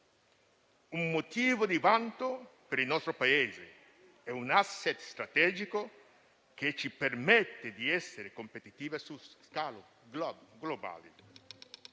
un motivo di vanto per il nostro Paese e un *asset* strategico che ci permette di essere competitivi su scala globale.